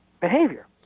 behavior